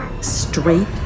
straight